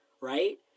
right